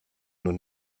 nun